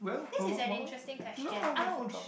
that's is an interesting question ouch